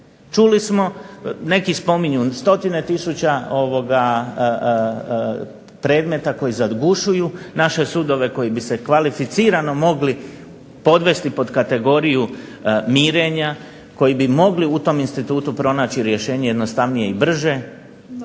Čuli smo, neki spominju stotine tisuća predmeta koji zagušuju naše sudove koji bi se kvalificirano mogli podvesti pod kategoriju mirenja, koji bi mogli u tom institutu pronaći rješenje jednostavnije i brže,